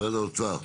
משרד האוצר.